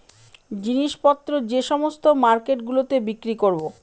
জিনিস পত্র যে সমস্ত মার্কেট গুলোতে বিক্রি করবো